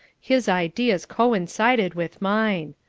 his ideas coincided with mine.